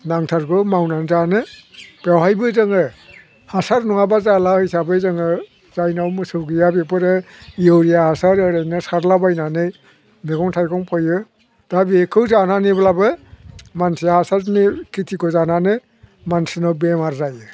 नांथारगौ मावनानै जानो बेवहायबो जोङो हासार नङाबा जाला हिसाबै जोङो जायनाव मोसौ गैया बेफोरो इउरिया हासार एरैनो सारलाबायनानै मैगं थाइगं फोयो दा बेखौ जानानैब्लाबो मानसिया हासारनि खेथिखौ जानानै मानसिनाव बेमार जायो